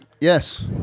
yes